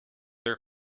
their